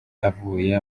avuye